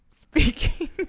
speaking